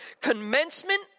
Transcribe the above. Commencement